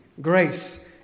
grace